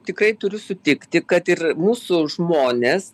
tikrai turiu sutikti kad ir mūsų žmonės